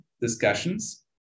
discussions